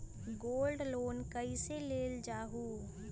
Gold loan कईसे लेल जाहु?